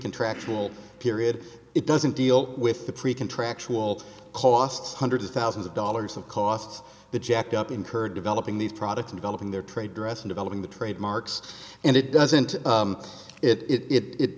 contractual period it doesn't deal with the pre contractual costs hundreds of thousands of dollars of costs the jacked up incurred developing these products developing their trade dress in developing the trademarks and it doesn't it i